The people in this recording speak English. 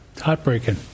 Heartbreaking